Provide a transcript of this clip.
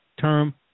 term